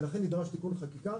ולכן נדרש תיקון חקיקה.